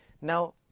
Now